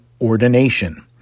ordination